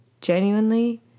genuinely